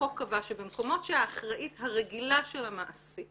החוק קבע שבמקומות שהאחראית הרגילה של המעסיק